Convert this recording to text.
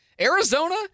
Arizona